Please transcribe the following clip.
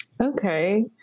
okay